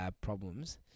problems